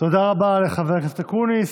תודה רבה לחבר הכנסת אקוניס.